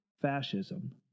fascism